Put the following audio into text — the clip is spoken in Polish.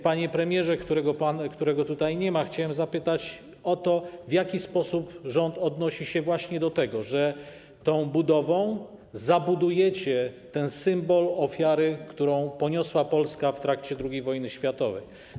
Panie premierze, którego tutaj nie ma, chciałem zapytać o to, w jaki sposób rząd odnosi się właśnie do tego, że tą budową zabudujecie symbol ofiary, którą poniosła Polska w trakcie II wojny światowej.